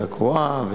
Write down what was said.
ועדה קרואה,